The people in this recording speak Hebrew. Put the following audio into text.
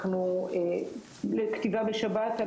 אנחנו לכתיבה בשבת,